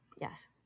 Yes